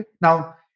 Now